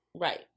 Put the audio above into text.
Right